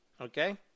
okay